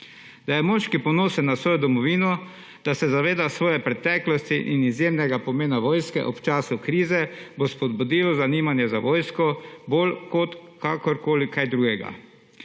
Da je moški ponosen na svojo domovino, da se zaveda svoje preteklosti in izjemnega pomena vojske ob času krize, bo spodbudilo zanimanje za vojsko bolj kot kakorkoli kaj drugega.